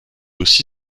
aussi